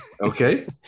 Okay